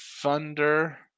Thunder